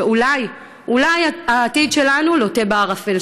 שאולי העתיד שלנו לוט בערפל,